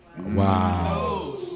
Wow